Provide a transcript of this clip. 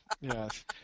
Yes